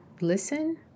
listen